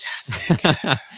Fantastic